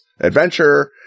adventure